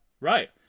Right